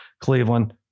Cleveland